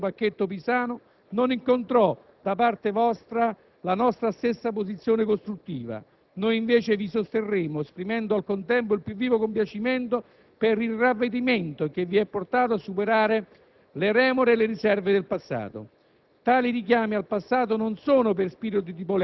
A dire il vero, colleghi dell'opposizione, allora il cosiddetto pacchetto Pisanu non incontrò, da parte vostra, la nostra stessa posizione costruttiva. Noi invece vi sosterremo, esprimendo al contempo il più vivo compiacimento per il ravvedimento che vi ha portato a superare la remore e le riserve del passato.